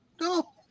No